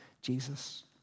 Jesus